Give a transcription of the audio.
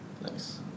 Nice